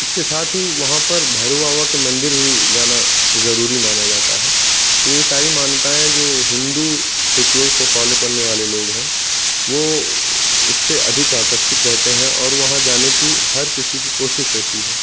इसके साथ ही वहां पर भैरव बाबा का मंदिर भी जाना ज़रूरी माना जाता है तो ये सारी मान्यताऐं है जो हिन्दू रिचुयल्स को फ़ॉलो करने वाले लोग हैं वो उससे अधिक आकर्षित रहते हैं और वहां जाने की हर किसी की कोशिश रहती है